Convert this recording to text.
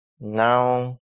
now